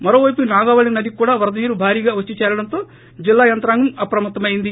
మరో పైపు నాగావళి నదికి కూడా వరద నీరు భారీగా వచ్చి చేరడంతో జిల్లా యంత్రాంగం అప్రమత్తమయ్యింది